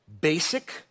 basic